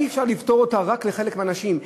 אי-אפשר לפתור אותה רק לחלק מהאנשים.